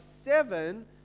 seven